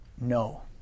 no